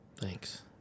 Thanks